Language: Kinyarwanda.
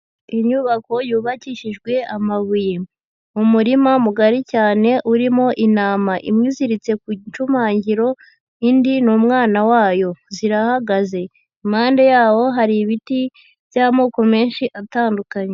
Inyubako yubakishijwe amabuye, umuririma mugari cyane urimo intama, imwe iziritse ku gicumangiro indi ni umwana wayo zirahagaze, impande yawo hari ibiti by'amoko menshi atandukanye.